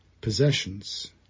possessions